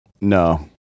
no